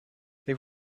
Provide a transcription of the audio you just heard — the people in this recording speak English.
they